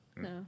No